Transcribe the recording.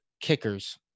kickers